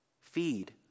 Feed